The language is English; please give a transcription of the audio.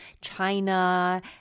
China